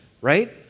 right